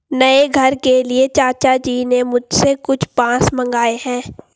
नए घर के लिए चाचा जी ने मुझसे कुछ बांस मंगाए हैं